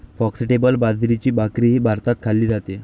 foxtail बाजरीची भाकरीही भारतात खाल्ली जाते